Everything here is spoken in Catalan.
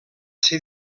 ser